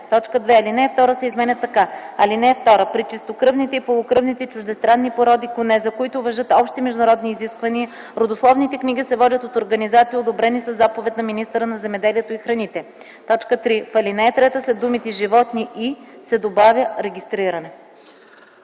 така: „(2) При чистокръвните и полукръвните чуждестранни породи коне, за които важат общи международни изисквания, родословните книги се водят от организации, одобрени със заповед на министъра на земеделието и храните.” 3. В ал. 3 след думите “животни и” се добавя „регистрирани”.”